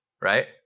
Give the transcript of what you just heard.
right